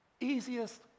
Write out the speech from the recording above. Easiest